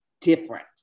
different